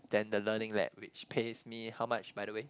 than the learning lab which pays me how much by the way